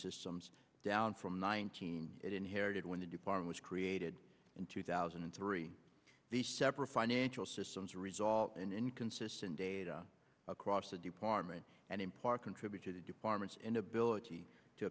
systems down from nineteen it inherited when the departing was created in two thousand and three the separate financial systems result in inconsistent data across the department and employer contribute to the department's inability to